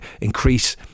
increase